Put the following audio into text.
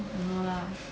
don't know lah